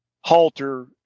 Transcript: Halter